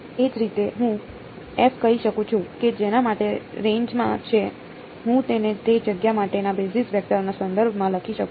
એ જ રીતે હું કહી શકું છું કે જેના માટે રેન્જમાં છે હું તેને તે જગ્યા માટેના બેસિસ વેક્ટરના સંદર્ભમાં લખી શકું છું